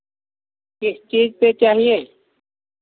किस चीज़ पे चाहिए